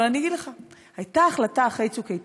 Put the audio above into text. אבל אני אגיד לך: הייתה החלטה אחרי "צוק איתן"